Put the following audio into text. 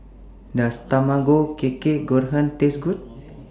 Does Tamago Kake Gohan Taste Good